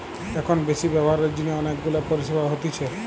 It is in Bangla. এখন বেশি ব্যবহারের জিনে অনেক গুলা পরিষেবা হতিছে